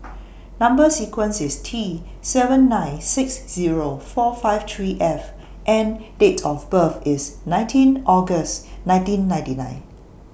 Number sequence IS T seven nine six Zero four five three F and Date of birth IS nineteen August nineteen ninety nine